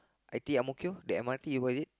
I_T_E Ang-Mo-Kio the M_R_T what is it